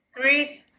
three